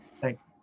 thanks